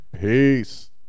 Peace